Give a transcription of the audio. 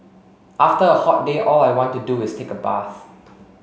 after a hot day all I want to do is take a bath